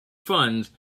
funds